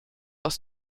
aus